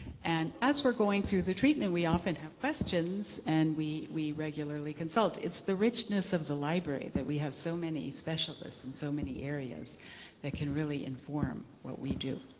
and as we're going through the treatment, we often have questions and we we regularly consult. it's the richness of the library that we have so many specialists in and so many areas that can really inform what we do.